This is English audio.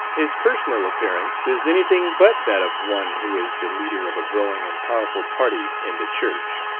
his personal appearance is anything but that of one who is the leader of a growing and powerful party in the church.